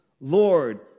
Lord